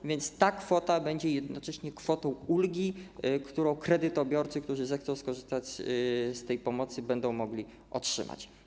A więc ta kwota będzie jednocześnie kwotą ulgi, którą kredytobiorcy, którzy zechcą skorzystać z tej pomocy, będą mogli otrzymać.